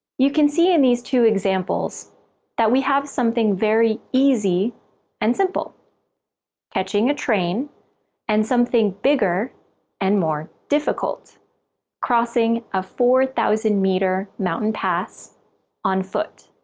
you can see in these two examples that we have something very easy and simple catching a train and something bigger and more difficult crossing a four thousand metre mountain pass on foot.